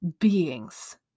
beings